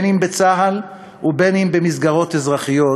אם בצה"ל ואם במסגרות אזרחיות,